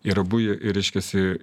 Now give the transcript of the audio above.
ir abu jie reiškiasi